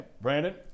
brandon